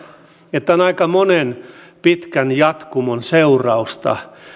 tämä on aika monen pitkän jatkumon seurausta